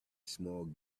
small